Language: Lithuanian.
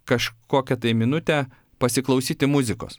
kažkokią tai minutę pasiklausyti muzikos